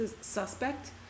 Suspect